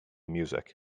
music